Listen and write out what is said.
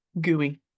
gooey